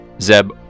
Zeb